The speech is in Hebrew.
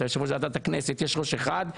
אתה יושב-ראש ועדת הכנסת יש ראש אחד,